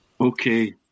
Okay